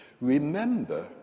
Remember